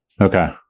okay